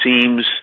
seems